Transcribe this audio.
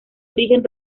origen